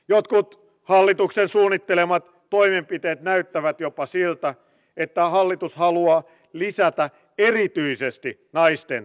jotkut hallituksen suunnittelemat toimenpiteet näyttävät jopa siltä että hallitus haluaa lisätä erityisesti naisten työttömyyttä